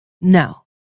No